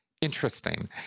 interesting